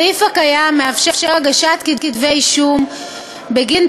הסעיף הקיים מאפשר הגשת כתבי אישום בגין